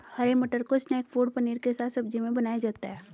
हरे मटर को snack food paneer के साथ सब्जी में बनाया जाता है